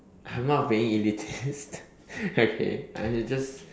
I'm not being in defence okay I'm just